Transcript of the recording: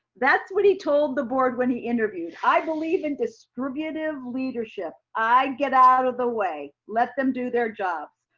that's what he told the board when he interviewed. i believe in distributive leadership. i get out of the way, let them do their job.